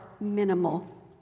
minimal